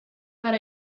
that